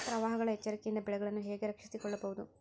ಪ್ರವಾಹಗಳ ಎಚ್ಚರಿಕೆಯಿಂದ ಬೆಳೆಗಳನ್ನು ಹೇಗೆ ರಕ್ಷಿಸಿಕೊಳ್ಳಬಹುದು?